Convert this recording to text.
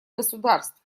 государств